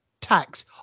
tax